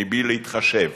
מבלי להתחשב